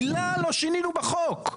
מילה לא שינינו בחוק.